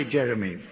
Jeremy